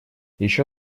ещё